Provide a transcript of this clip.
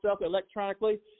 electronically